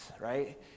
right